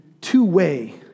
two-way